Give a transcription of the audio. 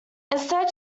instead